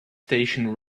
station